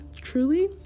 truly